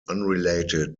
unrelated